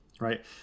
Right